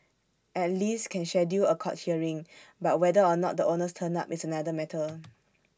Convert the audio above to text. at least can schedule A court hearing but whether or not the owners turn up is another matter